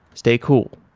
stay cool.